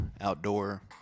outdoor